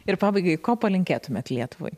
ir pabaigai ko palinkėtumėt lietuvai